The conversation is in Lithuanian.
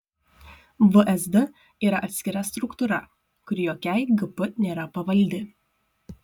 vsd yra atskira struktūra kuri jokiai gp nėra pavaldi